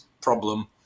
problem